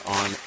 on